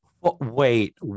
wait